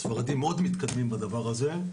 הספרדים מאוד מתקדמים בדבר הזה,